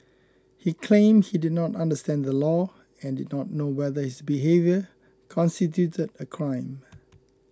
he claimed he did not understand the law and did not know whether his behaviour constituted a crime